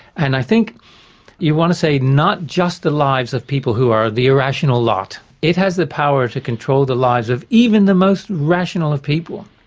and i think you want to say not just the lives of people who are the irrational lot. it has the power to control the lives of even the most rational of people,